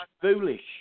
foolish